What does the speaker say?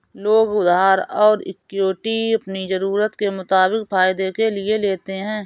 लोग उधार और इक्विटी अपनी ज़रूरत के मुताबिक फायदे के लिए लेते है